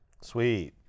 Sweet